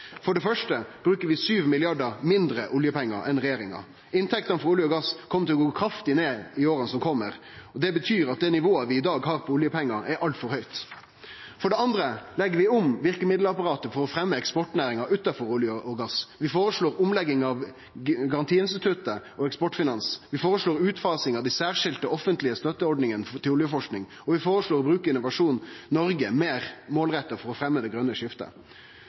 For det første bruker vi 7 mrd. kr mindre av oljepengane enn regjeringa. Inntektene frå olje og gass kjem til å gå kraftig ned i åra som kjem. Det betyr at det nivået vi i dag har på oljepengar, er altfor høgt. For det andre legg vi om verkemiddelapparatet for å fremje eksportnæringar utanfor olje og gass. Vi føreslår omlegging av Garanti-Instituttet for Eksportkreditt og Eksportfinans. Vi føreslår å utfase dei særskilte offentlege støtteordningane til oljeforsking. Og vi føreslår å bruke Innovasjon Noreg meir målretta for å fremje det grøne skiftet.